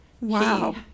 Wow